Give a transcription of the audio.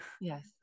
Yes